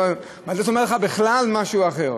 והוא אומר לך בכלל משהו אחר.